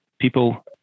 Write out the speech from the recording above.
people